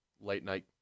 late-night